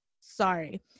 Sorry